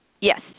Yes